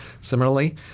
Similarly